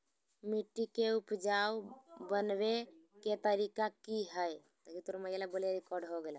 मिट्टी के उपजाऊ बनबे के तरिका की हेय?